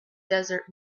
desert